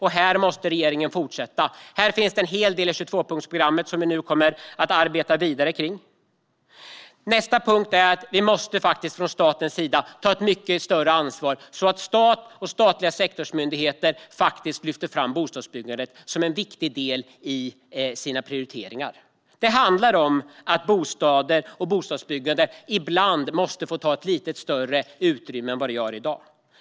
Här måste regeringen fortsätta jobba. Det finns en hel del i 22punktsprogrammet som vi kommer att arbeta vidare med nu. Nästa utmaning är att staten måste ta ett mycket större ansvar, så att stat och statliga sektorsmyndigheter lyfter fram bostadsbyggandet som en viktig prioritering. Bostäder och bostadsbyggande måste ibland få lite större utrymme än i dag.